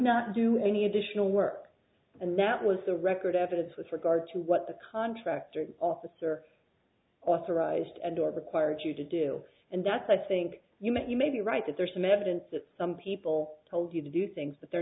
not do any additional work and that was the record evidence with regard to what the contractor officer authorized and or required you to do and that's i think you might you may be right that there's some evidence that some people told you to do things that they're